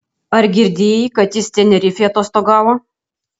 ar girdėjai kad jis tenerifėj atostogavo